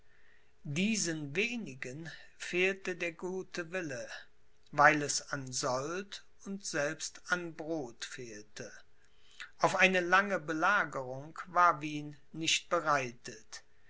diesen wenigen fehlte der gute wille weil es an sold und selbst an brod fehlte auf eine lange belagerung war wien nicht bereitet